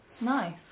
Nice